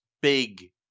big